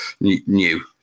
new